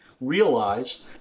realize